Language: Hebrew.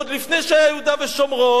עוד לפני שהיה יהודה ושומרון,